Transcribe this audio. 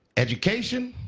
education,